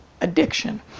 addiction